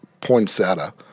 poinsettia